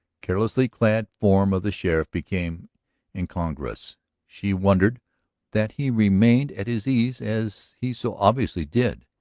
carelessly clad form of the sheriff became incongruous she wondered that he remained at his ease as he so obviously did.